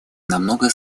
намного